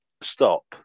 stop